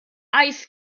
ice